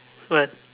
what